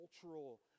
cultural